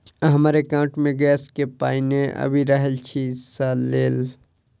हमरा एकाउंट मे गैस केँ पाई नै आबि रहल छी सँ लेल?